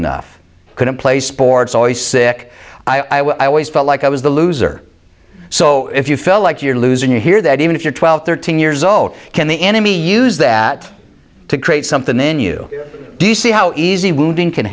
enough couldn't play sports always sick i always felt like i was the loser so if you felt like you're losing you hear that even if you're twelve thirteen years old can the enemy use that to create something then you do you see how easy wounding can